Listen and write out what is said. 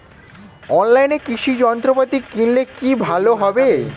অনলাইনে কৃষি যন্ত্রপাতি কিনলে কি ভালো হবে?